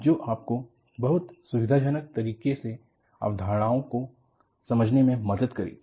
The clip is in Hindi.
जो आपको बहुत सुविधाजनक तरीके से अवधारणाओं को समझने में मदद करेंगी